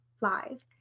live